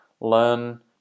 Learn